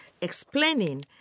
explaining